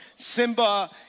Simba